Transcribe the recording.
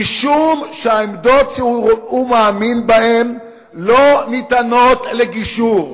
משום שהעמדות שהוא מאמין בהן לא ניתנות לגישור.